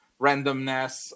randomness